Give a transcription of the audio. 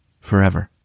forever